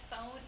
phone